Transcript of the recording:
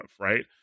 right